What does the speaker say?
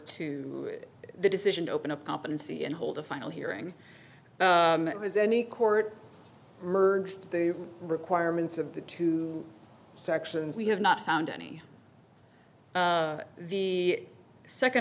to the decision to open up competency and hold a final hearing that has any court merged the requirements of the two sections we have not found any the second